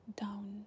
down